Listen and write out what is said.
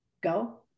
go